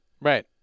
Right